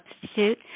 substitute